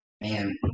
man